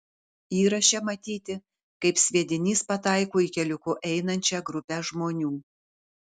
įraše matyti kaip sviedinys pataiko į keliuku einančią grupę žmonių